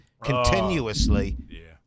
continuously